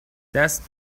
دست